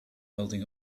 holding